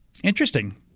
Interesting